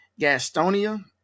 Gastonia